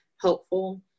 helpful